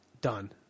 done